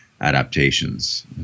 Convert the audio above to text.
adaptations